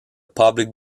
public